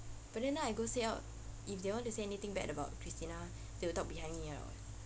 but then now I go say out if they want to say anything bad about christina they would talk behind me hor